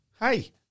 Hey